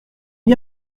n’y